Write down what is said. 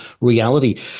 reality